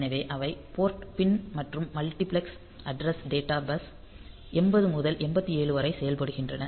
எனவே அவை port pin மற்றும் மல்டிபிளெக்ஸ் அட்ரஸ் டேட்டா பஸ் 80 முதல் 87 வரை செயல்படுகின்றன